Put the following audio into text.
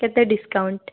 କେତେ ଡିସ୍କାଉଣ୍ଟ୍